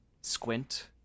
squint